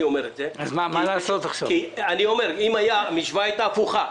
אם המשוואה הייתה הפוכה: